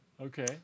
Okay